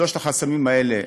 שלושת החסמים האלה,